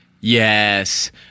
Yes